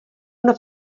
una